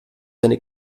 seine